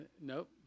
Nope